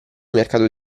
mercato